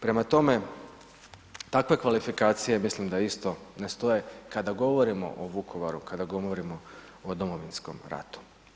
Prema tome, takve kvalifikacije mislim da isto ne stoj kada govorimo o Vukovaru, kada govorimo o Domovinskom ratu.